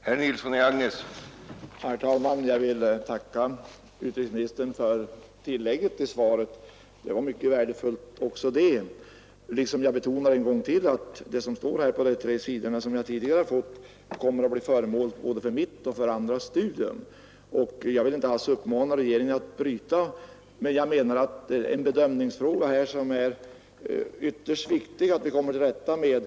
Herr talman! Jag vill tacka utrikesministern för tillägget till svaret. Det var mycket värdefullt också det. Jag betonar en gång till att det som står på de tre sidorna i svaret kommer att bli föremål för mitt och andras studium. Jag vill inte alls uppmana regeringen att bryta mot internationella förpliktelser, men jag anser att det är ytterst viktigt att vi kommer till rätta med denna fråga.